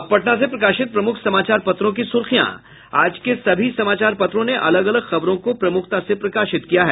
अब पटना से प्रकाशित प्रमुख समाचार पत्रों की सुर्खियां आज के सभी समाचार पत्रों ने अलग अलग खबरों को प्रमुखता से प्रकाशित किया है